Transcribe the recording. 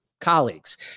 colleagues